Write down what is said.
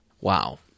Wow